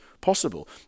possible